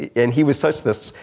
and he was such this,